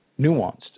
nuanced